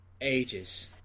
ages